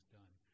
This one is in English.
done